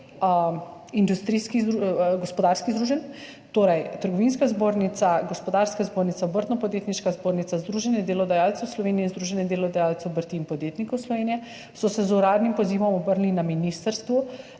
gospodarskih združenj, torej Trgovinske zbornice, Gospodarske zbornice, Obrtno-podjetniške zbornice, Združenja delodajalcev Slovenije, Združenja delodajalcev obrti in podjetnikov Slovenije, ki so se z uradnim pozivom obrnili na ministrstvo